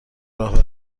راه